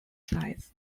sides